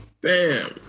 bam